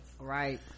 right